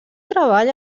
treball